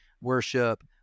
worship